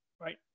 Right